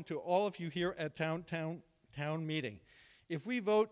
loughlin to all of you here at town town town meeting if we vote